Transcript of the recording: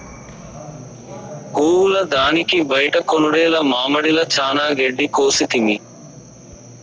గోవుల దానికి బైట కొనుడేల మామడిల చానా గెడ్డి కోసితిమి